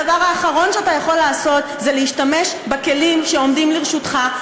הדבר האחרון שאתה יכול לעשות זה להשתמש בכלים שעומדים לרשותך,